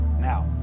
now